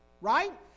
right